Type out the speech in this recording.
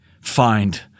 find